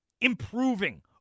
improving